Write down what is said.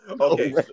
Okay